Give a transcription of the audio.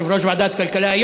יושב-ראש ועדת הכלכלה.